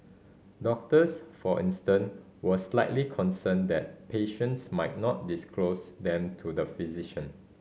doctors for instant were slightly concerned that patients might not disclose them to the physician